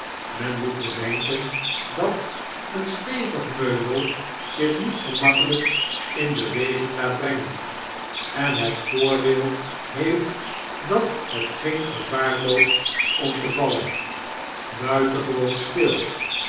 men moet bedenken dat een stevig meubel zich niet gemakkelyk in beweging laat brengen en het voordeel heeft dat het geen gevaar loopt om te vallen buitengewoon stil